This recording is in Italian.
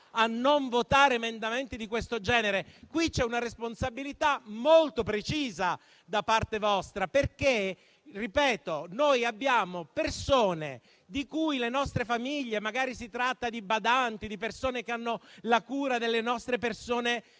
a non votare emendamenti di questo genere. Qui c'è una responsabilità molto precisa da parte vostra, perché - ripeto - sono persone di cui le nostre famiglie hanno bisogno. Magari si tratta di badanti, di persone che hanno la cura dei componenti